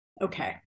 Okay